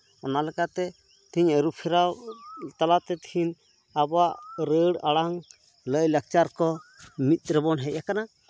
ᱚᱱᱟ ᱞᱮᱠᱟᱛᱮ ᱛᱤᱦᱤᱧ ᱟᱹᱨᱩᱯᱷᱮᱨᱟᱣ ᱛᱟᱞᱟᱛᱮ ᱛᱤᱦᱤᱧ ᱟᱵᱚᱣᱟᱜ ᱨᱟᱹᱲ ᱟᱲᱟᱝ ᱞᱟᱹᱭᱼᱞᱟᱠᱪᱟᱨ ᱠᱚ ᱢᱤᱫ ᱨᱮᱵᱚᱱ ᱦᱮᱡ ᱟᱠᱟᱱᱟ